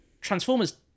Transformers